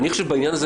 בעניין הזה,